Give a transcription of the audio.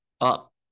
up